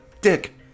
Dick